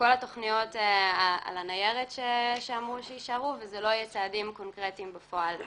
כל התוכניות יישארו על הניירת ולא יהיו צעדים קונקרטיים בפועל.